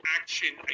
action